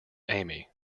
amy